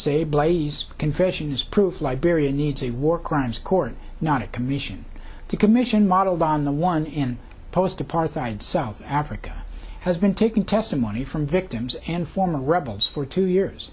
say blase confession is proof liberia needs a war crimes court not a commission to commission modeled on the one in post apartheid south africa has been taking testimony from victims and former rebels for two years